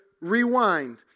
rewind